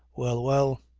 well! well!